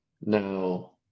now